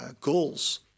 goals